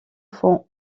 font